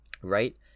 right